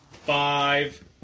Five